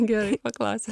gerai paklausei